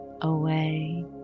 away